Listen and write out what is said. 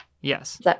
Yes